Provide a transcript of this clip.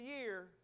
year